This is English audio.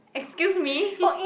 excuse me